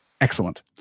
Excellent